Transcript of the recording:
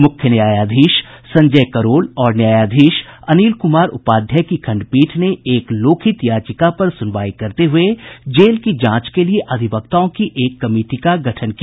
मुख्य न्यायाधीश संजय करोल और न्यायाधीश अनिल कुमार उपाध्याय की खंडपीठ ने एक लोकहित याचिका पर सुनवाई करते हुए जेल की जांच के लिये अधिवक्ताओं की एक कमिटी का गठन किया